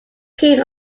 king